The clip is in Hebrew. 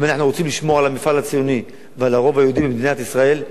אם אנחנו רוצים לשמור על המפעל הציוני ועל הרוב היהודי במדינת ישראל,